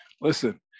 Listen